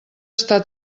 està